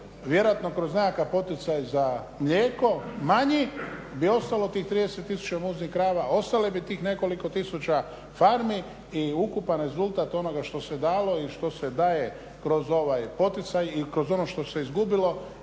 vjerojatno kroz nekakav poticaj za mlijeko manji bi ostalo tih 30 tisuća muznih krava, ostale bi tih nekoliko tisuća farmi i ukupan rezultat onoga što se dalo i što se daje kroz ovaj poticaj i kroz ono što se izgubilo